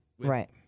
Right